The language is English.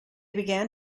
began